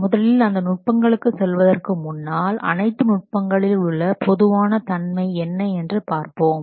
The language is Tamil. முதலில் அந்த நுட்பங்களுக்கு செல்வதற்கு முன்னால் அனைத்து நுட்பங்களில் உள்ள பொதுவான தன்மை என்ன என்று பார்ப்போம்